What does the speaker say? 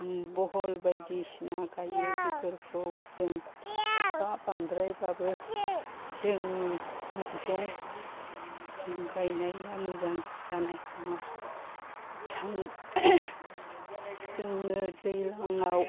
भल बायदिसिना गायो बेफोरखौ जों अखा बांद्रायबाबो जोंनि मैगं गायनाया मोजां जानाय नङा सान जोंनो दैज्लाङाव